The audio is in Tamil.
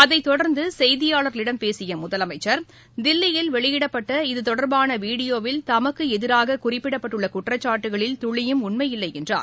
அதைத் தொடர்ந்து செய்தியாளர்களிடம் பேசிய முதலமைச்சர் தில்லியில் வெளியிடப்பட்ட இது தொடர்பான வீடியோவில் தமக்கு எதிராக குறிப்பிடப்பட்டுள்ள குற்றச்சாட்டுக்களில் துளியும் உண்மையில்லை என்றார்